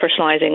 Personalizing